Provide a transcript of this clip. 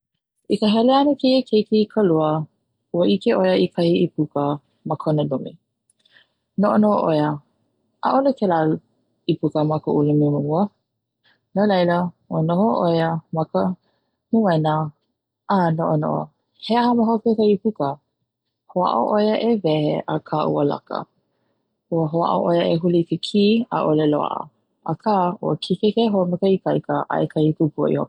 I ka hele ana keia keiki i ka lua, ua ʻike ʻoia i kahi ipuka ka kona lumi, noʻonoʻo ʻoia ʻaʻole kela ipuka ma koʻu lumi ma mua no laila ua noho ʻo ia ma ka moena a noʻonoʻo he aha ma hope o ka ipuka hoʻaʻo ʻo ia e wehe aka ua laka, ua hoʻaʻo ʻo ia e huli i ke kī ʻaʻole loaʻa, aka ua kikeke hou me ka ikaika aia kahi kupua i hope.